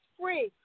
free